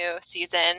season